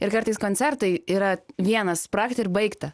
ir kartais koncertai yra vienas spragt ir baigta